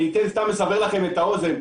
סתם לסבר לכם את האוזן,